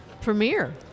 premiere